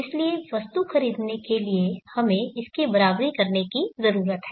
इसलिए वस्तु खरीदने के लिए हमें इसकी बराबरी करने की जरूरत है